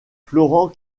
florent